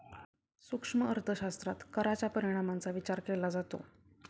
सूक्ष्म अर्थशास्त्रात कराच्या परिणामांचा विचार केला जातो